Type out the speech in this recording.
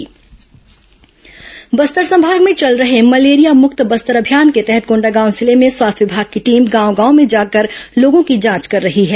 Bastar malaria Bastar संमाग में चल रहे मलेरिया मुक्त बस्तर अभियान के तहत कोंडागांव जिले में स्वास्थ्य विभाग की टीम गांव गांव में जाकर लोगों की जांच कर रही है